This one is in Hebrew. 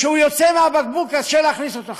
כשהוא יוצא מהבקבוק, קשה להכניס אותו חזרה.